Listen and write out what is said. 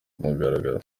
mugaragaro